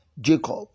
Jacob